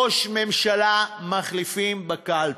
ראש ממשלה מחליפים בקלפי.